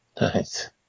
Nice